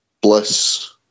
Bliss